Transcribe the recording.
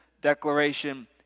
declaration